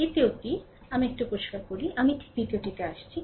দ্বিতীয়টি আমাকে এটি পরিষ্কার করুন আমি ঠিক দ্বিতীয়টি আসব